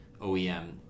OEM